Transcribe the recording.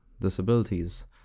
disabilities